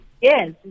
yes